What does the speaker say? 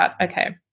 okay